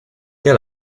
get